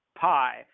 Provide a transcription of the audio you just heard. pie